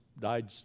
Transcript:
died